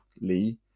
Lee